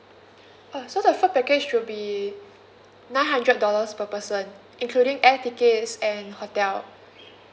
uh so the first package will be nine hundred dollars per person including air tickets and hotel